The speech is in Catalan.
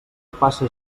passa